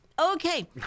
Okay